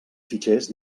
fitxers